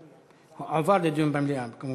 הועבר לדיון במליאה כמובן.